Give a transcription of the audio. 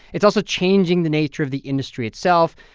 it's also changing the nature of the industry itself.